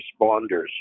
responders